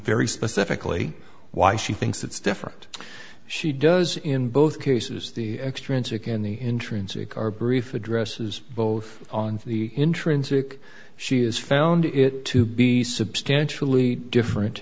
very specifically why she thinks that's different she does in both cases the extrinsic in the intrinsic are brief addresses both on the intrinsic she has found it to be substantially different